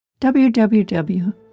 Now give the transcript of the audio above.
www